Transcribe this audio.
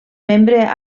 membre